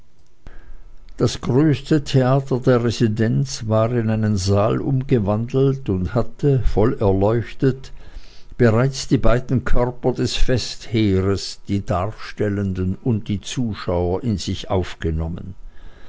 das größte theater der residenz war in einen saal umgewandelt und hatte voll erleuchtet bereits die beiden körper des festheeres die darstellenden und die zuschauer in sich aufgenommen